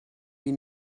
die